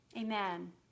amen